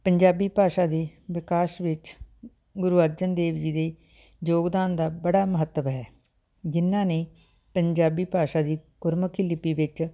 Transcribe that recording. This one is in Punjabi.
ਪੰਜਾਬੀ ਭਾਸ਼ਾ ਦੇ ਵਿਕਾਸ ਵਿੱਚ ਗੁਰੂ ਅਰਜਨ ਦੇਵ ਜੀ ਦੇ ਯੋਗਦਾਨ ਦਾ ਬੜਾ ਮਹੱਤਵ ਹੈ ਜਿਨ੍ਹਾਂ ਨੇ ਪੰਜਾਬੀ ਭਾਸ਼ਾ ਦੀ ਗੁਰਮੁਖੀ ਲਿਪੀ ਵਿੱਚ